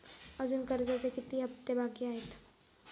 अजुन कर्जाचे किती हप्ते बाकी आहेत?